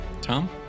Tom